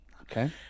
Okay